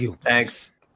Thanks